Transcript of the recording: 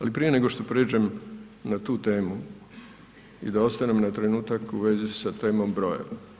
Ali prije nego što prijeđem na tu temu i da ostanem na trenutak u vezi sa temom broja.